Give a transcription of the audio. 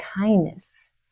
kindness